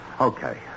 Okay